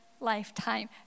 lifetime